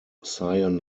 cyan